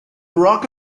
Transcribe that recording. barack